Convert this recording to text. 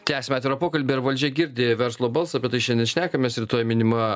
tęsiame atvirą pokalbį ar valdžia girdi verslo balsą apie tai šiandien šnekamės rytoj minima